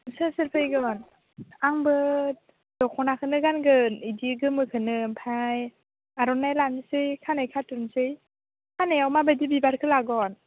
सोर सोर फैगौमोन आंबो दखनाखौनो गानगोन बिदि गोमोखौनो ओमफ्राय आर'नाइ लानोसै खानाइ खाथ'बनोसै खानाइआव माबायदि बिबारखौ लागोन